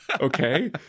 okay